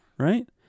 Right